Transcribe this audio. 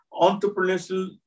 entrepreneurial